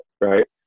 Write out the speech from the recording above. right